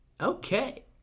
Okay